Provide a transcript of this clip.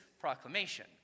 proclamation